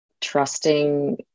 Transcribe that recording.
trusting